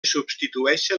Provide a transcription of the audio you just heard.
substitueixen